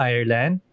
Ireland